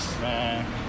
Man